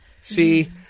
See